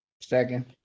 Second